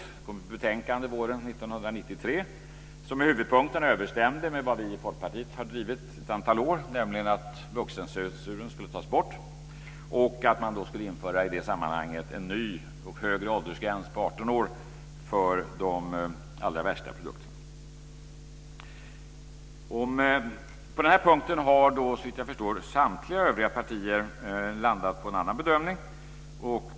Man gav ut ett betänkande våren 1993 som i huvudpunkten överensstämde med det vi i Folkpartiet har drivit ett antal år, nämligen att vuxencensuren skulle tas bort och att man i det sammanhanget skulle införa en ny och högre åldersgräns på 18 år för de allra värsta produkterna. På den här punkten har såvitt jag förstår samtliga övriga partier landat på en annan bedömning.